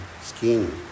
skin